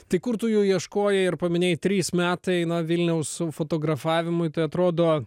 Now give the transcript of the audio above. tai kur tu jų ieškojai ir paminėjai trys metai na vilniaus fotografavimui tai atrodo